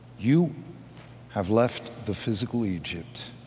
you have left the physical egypt.